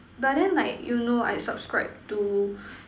but then like you know I subscribe to